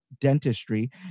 dentistry